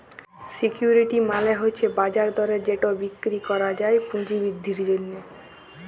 security মালে হছে বাজার দরে যেট বিক্কিরি ক্যরা যায় পুঁজি বিদ্ধির জ্যনহে